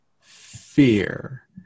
fear